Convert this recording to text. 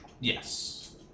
Yes